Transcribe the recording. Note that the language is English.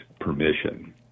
permission